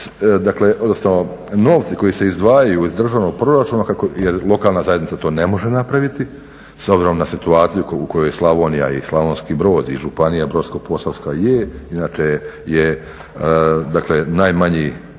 dakle, odnosno novci koji se izdvajaju iz državnog proračuna, lokalna zajednica to ne može napraviti s obzirom na situaciju u kojoj je Slavonija i Slavonski Brod i Županija brodsko-posavska je. Inače je, dakle najmanji